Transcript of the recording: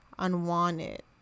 unwanted